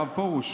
הרב פרוש,